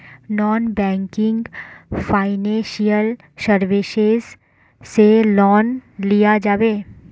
Non banking financial services से loan लिया जाबे?